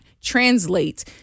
translate